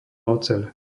oceľ